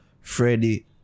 Freddie